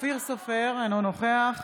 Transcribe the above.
אופיר סופר, אינו נוכח